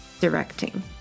directing